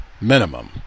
minimum